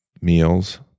meals